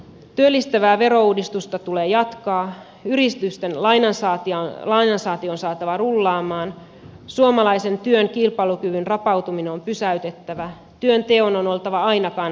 työllistävää verouudistusta tulee jatkaa yritysten lainansaanti on saatava rullaamaan suomalaisen työn kilpailukyvyn rapautuminen on pysäytettävä työnteon on oltava aina kannattavaa